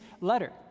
letter